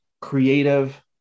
creative